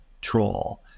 troll